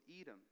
Edom